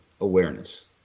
awareness